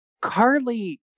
Carly